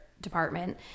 department